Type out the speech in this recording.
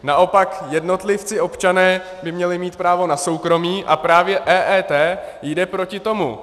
Naopak jednotlivci, občané by měli mít právo na soukromí a právě EET jde proti tomu.